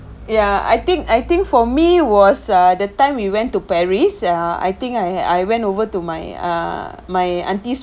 ya I think I think for me was uh the time we went to paris ah I think I I went over to my err my auntie's